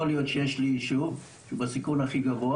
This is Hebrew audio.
יכול להיות שיש לי יישוב שהוא בסיכון הכי גבוה